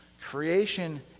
creation